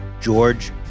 George